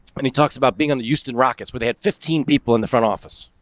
when he talks about being on the houston rockets, where they had fifteen people in the front office